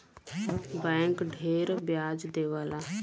bank ढेर ब्याज देवला